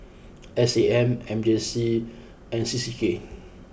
S A M M J C and C C K